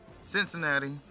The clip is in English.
Cincinnati